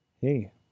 hey